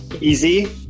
easy